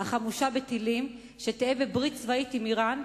החמושה בטילים שתהא בברית צבאית עם אירן,